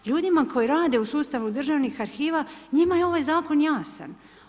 Ljudima koji rade u sustavu državnih arhiva njima je ovaj zakon jasan.